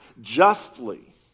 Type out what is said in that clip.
justly